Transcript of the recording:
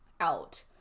out